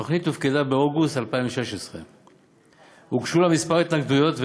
התוכנית הופקדה באוגוסט 2016. הוגשו לה כמה התנגדויות,